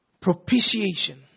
propitiation